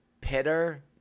Peter